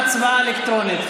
אלקטרונית.